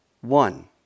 One